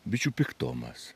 bičių piktumas